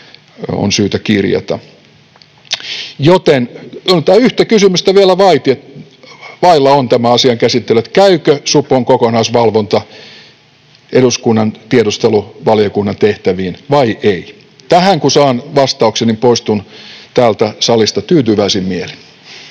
on syytä kirjata? Joten yhtä kysymystä vielä vailla on tämän asian käsittely: käykö supon kokonaisvalvonta eduskunnan tiedusteluvaliokunnan tehtäviin vai ei? Tähän kun saan vastauksen, niin poistun täältä salista tyytyväisin mielin.